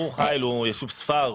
ברור חיל הוא יישוב ספר.